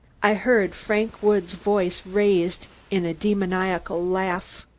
i heard frank woods' voice raised in a demoniacal laugh.